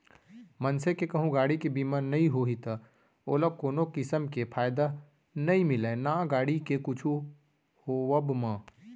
मनसे के कहूँ गाड़ी के बीमा नइ होही त ओला कोनो किसम के फायदा नइ मिलय ना गाड़ी के कुछु होवब म